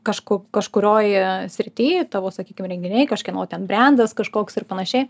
kažku kažkurioj srityj tavo sakykim renginiai kažkieno ten brendas kažkoks ir panašiai